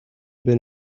been